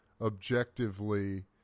objectively